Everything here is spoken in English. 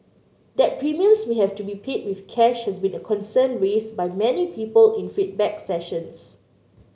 that premiums may have to be paid with cash has been a concern raised by many people in feedback sessions